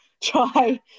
try